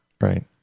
right